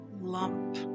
lump